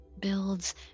builds